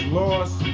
lost